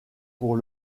pour